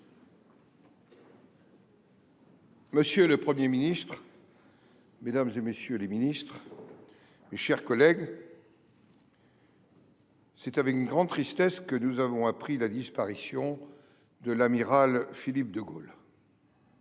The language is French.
Monsieur le Premier ministre, mesdames, messieurs les ministres, mes chers collègues, c’est avec une grande tristesse que nous avons appris la disparition de l’amiral Philippe de Gaulle.